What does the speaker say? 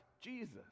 Jesus